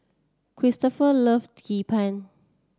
Cristofer love Hee Pan